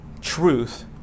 truth